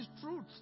truth